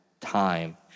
time